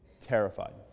terrified